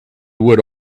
would